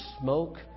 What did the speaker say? smoke